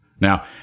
Now